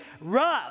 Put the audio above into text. rough